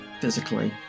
physically